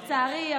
לצערי,